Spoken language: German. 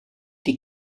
die